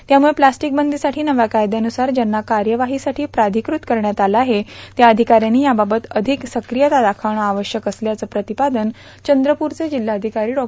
त्यामुळे प्लॉस्टोक बंदोसाठी नव्या कायदयानुसार ज्यांना कायवाहीसाठी प्राधिकृत करण्यात आलं आहे त्या र्आधका यांनी याबाबत र्आधक सक्रीयता दार्खावण आवश्यक असल्याचं प्रांतपादन चंद्रपूरचे जिल्हाधिकारां डॉ